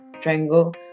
triangle